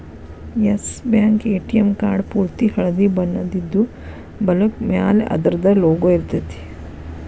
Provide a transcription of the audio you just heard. S Bank ATM card ಪೂರ್ತಿ ಹಳ್ದಿ ಬಣ್ಣದಿದ್ದು, ಬಲಕ್ಕ ಮ್ಯಾಲೆ ಅದರ್ದ್ ಲೊಗೊ ಇರ್ತೆತಿ